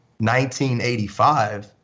1985